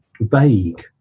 vague